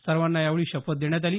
सर्वांना यावेळी शपथ देण्यात आली